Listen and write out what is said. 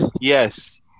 Yes